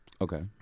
Okay